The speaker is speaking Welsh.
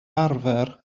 arfer